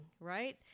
Right